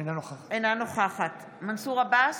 אינה נוכחת מנסור עבאס,